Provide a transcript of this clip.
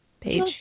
page